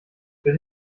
wird